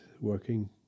working